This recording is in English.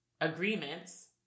agreements